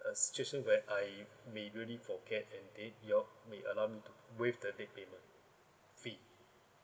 suggestion where I may really forget and then you all may allow me to waive the late payment fee